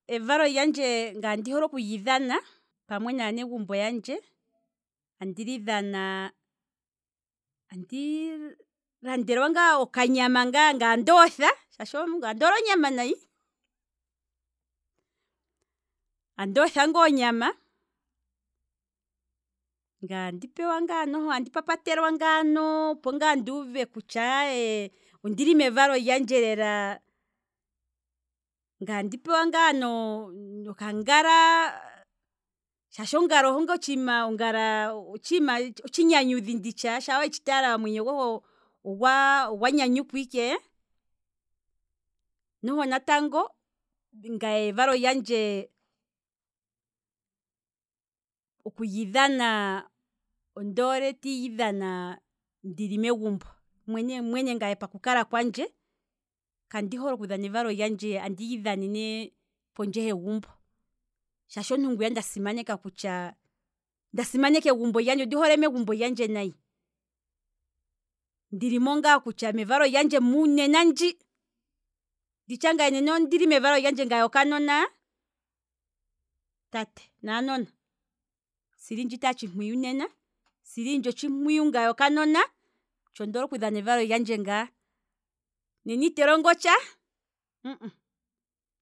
Evalo lyandje ngaye ondi hole okuli dhana pamwe naa negumbo yandje, andi landelwa ngaa okanyama ngaye tandi otha, shaashi ngaye ondi hole onyama nayi, andi otha ngaa onyama, ngaye andi pewa ngaa tandi papa telwa ngaano opo ngaa nduuve kutya aye, ondili mevalo lyandje lela, ngaye andi pewa ngaa no- noka ngala, shaashi ongala oho ngaa otshima otshi nyanyudhi nditshi, sha wetshi tala omwenyo gohe ogwa nyanyukwa ike, noho natango ngaye evalo lyandje, okuli dhana, ondoole tandi lidhana ndili megumbo, ngaye mwene mwene poku kala kwandje kandi hole andi lyi dhanene pondje hegumo, shaashi ngaye omuntu ngu ndasimaneka kutya, ondi hole megumbo lyandje nayi, ndi limo ngaa kutya mevalo lyandje nena ndji, nditsha ngaye nena ondili mevalo lyandje ngaye okanona, tate naanona silindje itale otshimpwiyu naanona, siliindje otshimpwiyu ngaye okanona. otsho ndoole oku dhana evalolyandje ngaa, nena itandi longo tsha